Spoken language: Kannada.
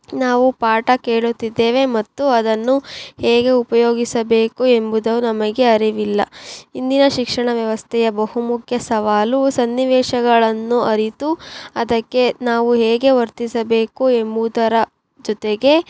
ನಾವು ಪಾಠ ಕೇಳುತ್ತಿದ್ದೇವೆ ಮತ್ತು ಅದನ್ನು ಹೇಗೆ ಉಪಯೋಗಿಸಬೇಕು ಎಂಬುದು ನಮಗೆ ಅರಿವಿಲ್ಲ ಇಂದಿನ ಶಿಕ್ಷಣ ವ್ಯವಸ್ಥೆಯ ಬಹು ಮುಖ್ಯ ಸವಾಲು ಸನ್ನಿವೇಶಗಳನ್ನು ಅರಿತು ಅದಕ್ಕೆ ನಾವು ಹೇಗೆ ವರ್ತಿಸಬೇಕು ಎಂಬುದರ ಜೊತೆಗೆ